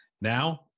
now